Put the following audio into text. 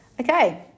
Okay